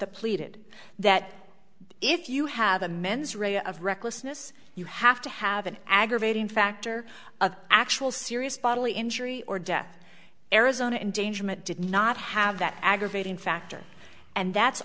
the pleaded that if you have a mens rea of recklessness you have to have an aggravating factor of actual serious bodily injury or death arizona endangerment did not have that aggravating factor and that's